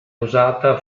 usata